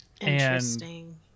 Interesting